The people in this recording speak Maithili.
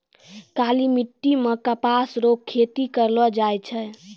काली मिट्टी मे कपास रो खेती करलो जाय छै